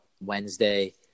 Wednesday